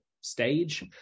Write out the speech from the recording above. stage